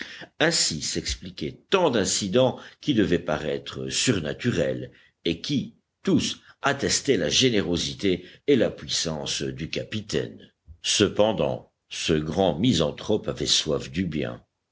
ainsi s'expliquaient tant d'incidents qui devaient paraître surnaturels et qui tous attestaient la générosité et la puissance du capitaine cependant ce grand misanthrope avait soif du bien